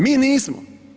Mi nismo.